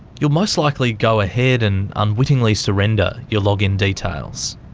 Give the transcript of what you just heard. you'll most likely go ahead and unwittingly surrender your login details.